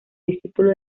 discípulo